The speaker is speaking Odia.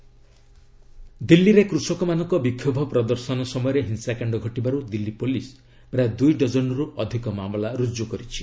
ଦିଲ୍ଲୀ ପୁଲିସ୍ ଫାର୍ମର୍ସ ଦିଲ୍ଲୀରେ କୃଷକମାନଙ୍କ ବିକ୍ଷୋଭ ପ୍ରଦର୍ଶନ ସମୟରେ ହିଂସାକାଣ୍ଡ ଘଟିବାରୁ ଦିଲ୍ଲୀ ପୁଲିସ୍ ପ୍ରାୟ ଦୁଇ ଡଜନ୍ରୁ ଅଧିକ ମାମଲା ରୁଜୁ କରିଛି